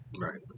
Right